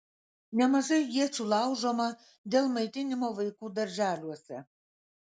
nemažai iečių laužoma dėl maitinimo vaikų darželiuose